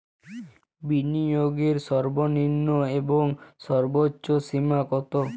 বিনিয়োগের সর্বনিম্ন এবং সর্বোচ্চ সীমা কত?